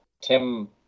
tim